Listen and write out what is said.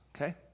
okay